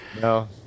No